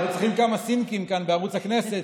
אנחנו צריכים כמה סינקים בערוץ הכנסת,